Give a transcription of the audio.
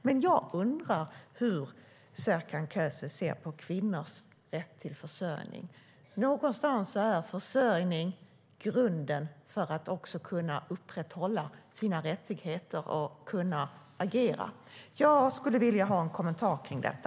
Men jag undrar hur Serkan Köse ser på kvinnors rätt till försörjning. Någonstans är försörjning grunden för att kvinnor ska kunna upprätthålla sina rättigheter och agera. Jag skulle vilja ha en kommentar till detta.